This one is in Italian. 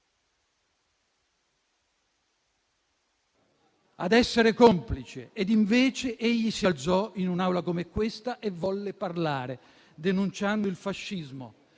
ad essere complice. Invece, egli si alzò, in un'Aula come questa, e volle parlare, denunciando il fascismo.